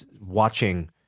watching